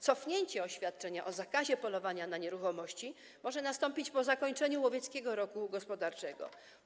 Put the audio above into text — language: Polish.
Cofnięcie oświadczenia o zakazie polowania na nieruchomości może nastąpić po zakończeniu łowieckiego roku gospodarczego.